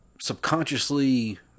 subconsciously